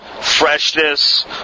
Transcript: freshness